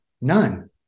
None